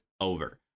over